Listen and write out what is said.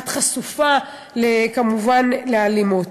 את חשופה כמובן לאלימות.